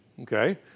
okay